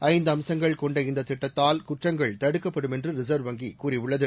ஐந்து அம்சங்கள் கொண்ட இந்த திட்டத்தால் குற்றங்கள் தடுக்கப்படும் என்று ரிகர்வ் வங்கி கூறியுள்ளது